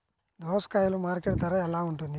దోసకాయలు మార్కెట్ ధర ఎలా ఉంటుంది?